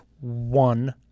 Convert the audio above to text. one